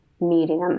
medium